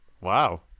Wow